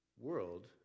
world